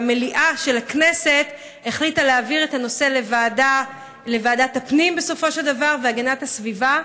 והמליאה של הכנסת החליטה להעביר את הנושא לוועדת הפנים והגנת הסביבה.